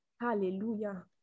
Hallelujah